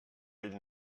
bell